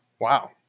Wow